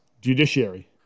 Judiciary